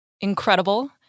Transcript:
Incredible